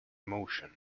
emotion